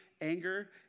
anger